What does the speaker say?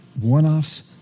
one-offs